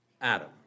Adam